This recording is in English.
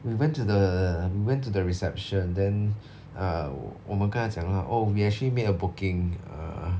we went to the we went to the reception then err 我们跟他讲 lah oh we actually made a booking err